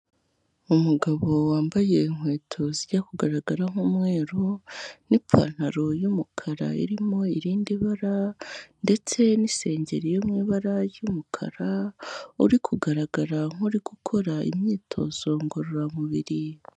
Umugabo wambaye inkweto zijya kugaragara nk'umweru, n'ipantaro y'umukara irimo irindi bara, ndetse n'isengeri yo mu ibara ry'umukara, uri kugaragara nk'uri gukora imyitozo ngororamubiri.